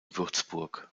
würzburg